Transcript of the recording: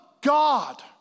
God